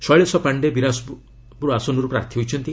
ଶୈଳେଶ ପାଶ୍ଡେ ବିଳାସପୁର ଆସନରୁ ପ୍ରାର୍ଥୀ ହୋଇଛନ୍ତି